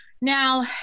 now